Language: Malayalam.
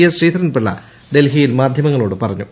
എസ് ശ്രീധരൻപിള്ള ഡൽഹിയിൽ മാധ്യമങ്ങളോട് പറഞ്ഞു